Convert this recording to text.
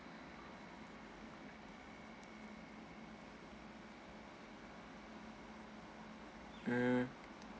mm